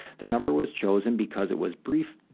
the number was chosen because it was brief,